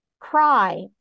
cry